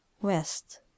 West